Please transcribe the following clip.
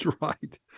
right